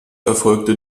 erfolgte